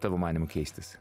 tavo manymu keistis